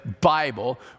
Bible